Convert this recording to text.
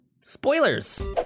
spoilers